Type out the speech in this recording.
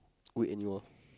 wait in your